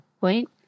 point